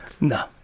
No